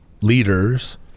leaders